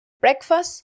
breakfast